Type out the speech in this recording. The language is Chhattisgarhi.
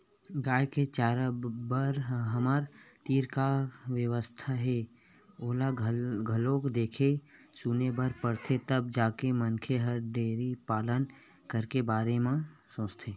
गाय के चारा बर हमर तीर का का बेवस्था हे ओला घलोक देखे सुने बर परथे तब जाके मनखे ह डेयरी पालन करे के बारे म सोचथे